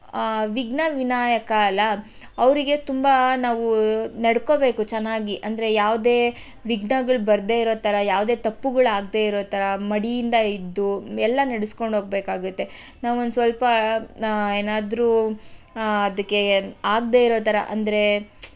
ವಿಘ್ನ ವಿನಾಯಕ ಅಲ್ಲಾ ಅವರಿಗೆ ತುಂಬ ನಾವು ನಡ್ಕೋಬೇಕು ಚೆನ್ನಾಗಿ ಅಂದರೆ ಯಾವ್ದೇ ವಿಘ್ನಗಳು ಬರದೇ ಇರೋ ಥರ ಯಾವುದೇ ತಪ್ಪುಗಳು ಆಗದೇ ಇರೋ ಥರ ಮಡಿಯಿಂದ ಇದ್ದು ಎಲ್ಲ ನಡಸ್ಕೊಂಡು ಹೋಗಬೇಕಾಗುತ್ತೆ ನಾವೊಂದು ಸ್ವಲ್ಪ ಏನಾದ್ರೂ ಅದಕ್ಕೆ ಆಗದೇ ಇರೋ ಥರ ಅಂದರೆ